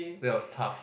there was tough